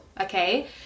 okay